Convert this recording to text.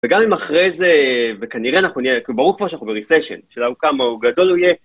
וגם אם אחרי זה, וכנראה אנחנו נהיה, ברור כבר שאנחנו בריסיישן, השאלה כמה גדול הוא יהיה...